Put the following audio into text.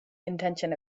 intention